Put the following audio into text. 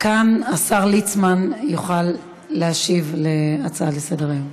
כאן השר ליצמן יוכל להשיב על ההצעה לסדר-היום.